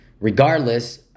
regardless